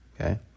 okay